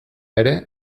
ere